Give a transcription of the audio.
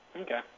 Okay